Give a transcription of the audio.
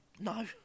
No